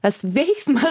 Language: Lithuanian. tas veiksmas